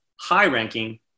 high-ranking